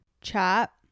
chat